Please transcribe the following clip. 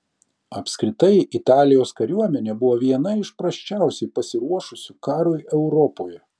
apskritai italijos kariuomenė buvo viena iš prasčiausiai pasiruošusių karui europoje